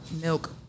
Milk